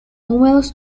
húmedos